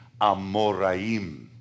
Amoraim